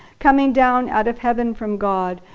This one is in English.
coming down out of heaven from god,